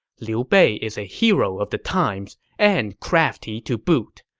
liu bei is a hero of the times and crafty to boot.